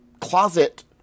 closet